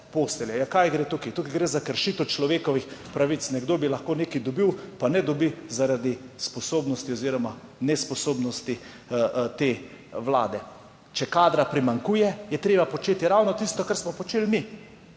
postelje. Za kaj gre tukaj? Tukaj gre za kršitev človekovih pravic. Nekdo bi lahko nekaj dobil, pa ne dobi zaradi sposobnosti oziroma nesposobnosti te vlade. Če kadra primanjkuje, je treba početi ravno tisto, kar smo počeli mi,